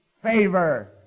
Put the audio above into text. favor